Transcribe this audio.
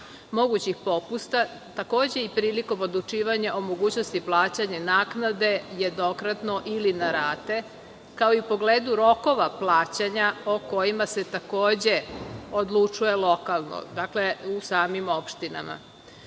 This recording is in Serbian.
mogućih popusta, takođe i prilikom odlučivanja o mogućnosti plaćanja naknade jednokratno ili na rate, kao i u pogledu rokova plaćanja, o kojima se takođe odlučuje lokalno, u samim opštinama.U